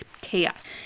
chaos